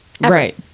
Right